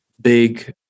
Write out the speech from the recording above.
big